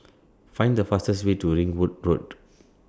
Find The fastest Way to Ringwood Road